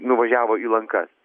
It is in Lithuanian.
nuvažiavo į lankas